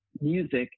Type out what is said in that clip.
music